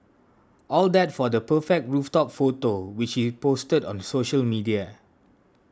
all that for the perfect rooftop photo which he posted on the social media